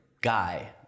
guy